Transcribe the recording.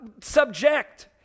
subject